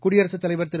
குடியரசுத் தலைவர் திரு